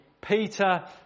Peter